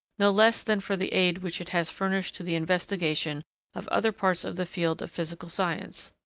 no less than for the aid which it has furnished to the investigation of other parts of the field of physical science.